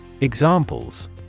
Examples